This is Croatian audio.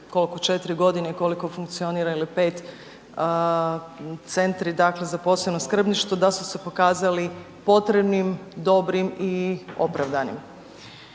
koliko, 4 godine, koliko funkcionira ili 5 centri dakle za posebno skrbništvo, da su se pokazali potrebnim, dobrim i opravdanim.